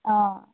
অঁ